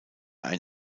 ein